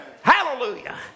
Hallelujah